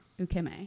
Ukeme